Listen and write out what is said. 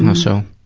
and so,